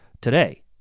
today